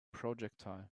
projectile